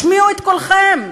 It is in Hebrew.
השמיעו את קולכם.